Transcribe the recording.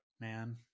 man